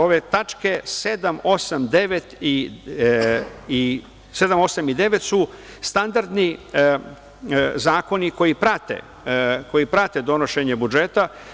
Ove tačke 7, 8. i 9. su standardni zakoni koji prate donošenje budžeta.